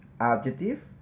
adjective